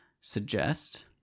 suggest